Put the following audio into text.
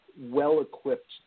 well-equipped